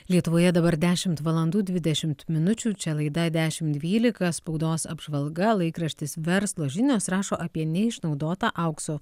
lietuvoje dabar dešimt valandų dvidešimt minučių čia laida dešimt dvylika spaudos apžvalga laikraštis verslo žinios rašo apie neišnaudotą aukso